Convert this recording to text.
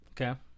Okay